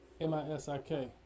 M-I-S-I-K